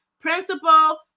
principal